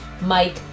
Mike